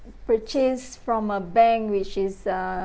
purchase from a bank which is err